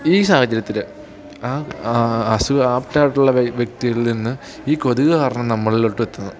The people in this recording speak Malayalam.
ഈ സാഹചര്യത്തിൽ ആ അസുഖം ആപ്റ്റായിട്ടുള്ള വ്യക്തിയിൽ നിന്ന് ഈ കൊതുക് കാരണം നമ്മളിലോട്ട് എത്തുന്നു